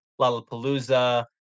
Lollapalooza